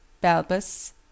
balbus